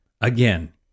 Again